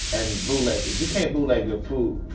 and bootleg it. you can't bootleg good food.